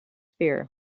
fear